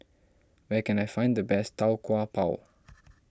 where can I find the best Tau Kwa Pau